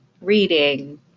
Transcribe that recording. reading